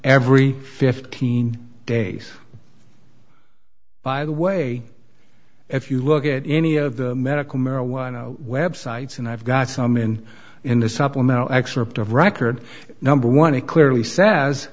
every fifteen days by the way if you look at any of the medical marijuana websites and i've got some in in the supplemental excerpt of record number one it clearly says